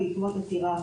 בעקבות עתירה